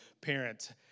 parents